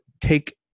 take